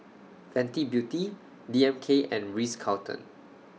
Fenty Beauty D M K and Ritz Carlton